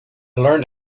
learned